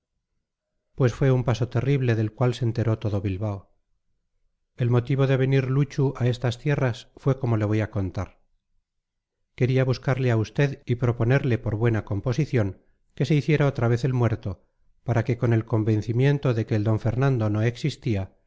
pues fue un paso terrible del cual se enteró todo bilbao el motivo de venir luchu a estas tierras fue como le voy a contar quería buscarle a usted y proponerle por buena composición que se hiciera otra vez el muerto para que con el convencimiento de que el d fernando no existía